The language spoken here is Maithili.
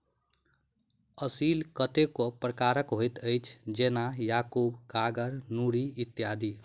असील कतेको प्रकारक होइत अछि, जेना याकूब, कागर, नूरी इत्यादि